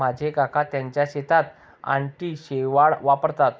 माझे काका त्यांच्या शेतात अँटी शेवाळ वापरतात